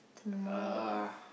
tomorrow